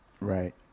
Right